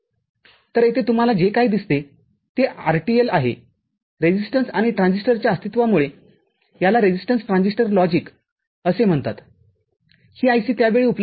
तर येथे तुम्हाला जे काय काय दिसते ते RTL आहे रेजीस्टन्स आणि ट्रान्झिस्टरच्या अस्तित्वामुळे याला रेझिस्टन्स ट्रान्झिस्टर लॉजिक असे म्हणतातही IC त्यावेळी उपलब्ध होती